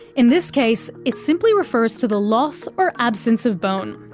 in this case it simply refers to the loss or absence of bone.